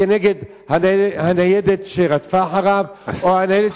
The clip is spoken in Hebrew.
כנגד הניידת שרדפה אחריו או הניידת שנכנסה ב"אין כניסה"?